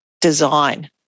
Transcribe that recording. design